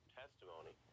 testimony